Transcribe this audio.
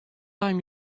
time